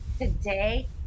today